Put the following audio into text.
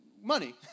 money